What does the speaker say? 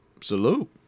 Salute